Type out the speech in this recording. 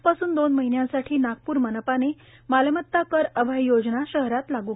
आजपासून दोन महिल्यांसाठी नागप्र मनपाने मालमत्ता कर अभय योजना शहरात लागू केली